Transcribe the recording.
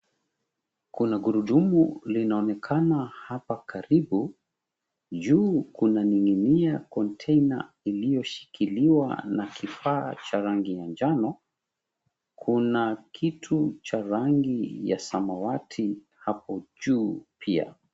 Kuna gurudumu linaonekana hapa kwa karibu. Juu kuna ning'inia container[cs ]iliyoshikiliwa na kifaa cha rangi manjano. Kuna kitu cha rango ya samawati hapo juu pia.